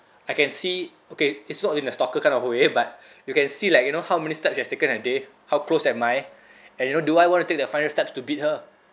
I can see okay it's not in a stalker kind of way but you can see like you know how many steps she has taken in a day how close am I and you know do I want to take the final steps to beat her